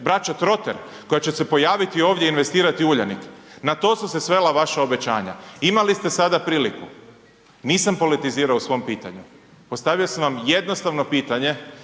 Braća Trotter, koja će se pojaviti ovdje i investirati u Uljanik. Na to su se svela vaša obećanja. Imali ste sada priliku, nisam politizirao u svom pitanju, postavio sam vam jednostavno pitanje